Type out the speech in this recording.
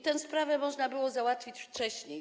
Tę sprawę można było załatwić wcześniej.